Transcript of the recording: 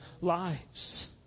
lives